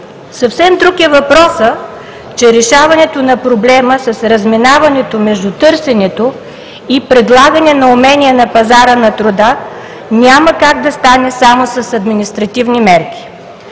Съвсем друг е въпросът, че решаването на проблема с разминаването между търсенето и предлагането на умения на пазара на труда няма как да стане само с административни мерки.